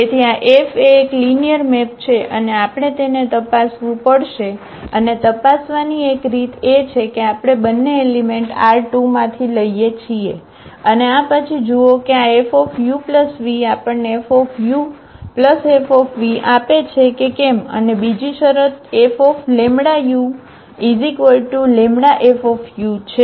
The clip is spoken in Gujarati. તેથી આ F એ એક લિનિયર મેપ છે અને આપણે તેને તપાસવું પડશે અને તપાસવાની એક રીત એ છે કે આપણે બંને એલિમેંટ R2 માંથી લઈએ છીએ અને પછી જુઓ કે આ Fuv આપણને FuFv આપે છે કે કેમ અને બીજી શરત FλuλFu છે